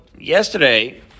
yesterday